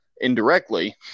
indirectly